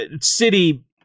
city